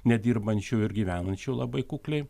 nedirbančių ir gyvenančių labai kukliai